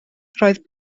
roedd